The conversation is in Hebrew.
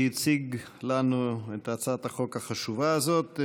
שהציג לנו את הצעת החוק החשובה הזאת.